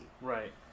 Right